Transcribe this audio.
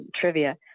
trivia